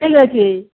ঠিক আছে